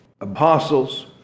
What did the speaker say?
apostles